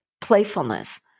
playfulness